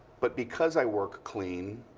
but because i work clean,